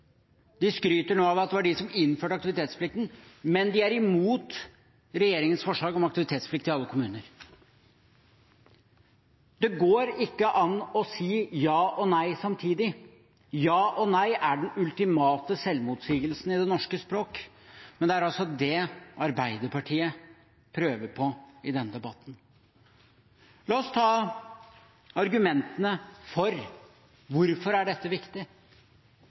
De skryter nå av at det var de som innførte aktivitetsplikten, men de er imot regjeringens forslag om aktivitetsplikt i alle kommuner. Det går ikke an å si ja og nei samtidig. Ja og nei er den ultimate selvmotsigelsen i det norske språk, men det er altså det Arbeiderpartiet prøver på i denne debatten. La oss ta argumentene for hvorfor dette er viktig.